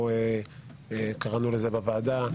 או כמו שקראנו לזה בוועדה: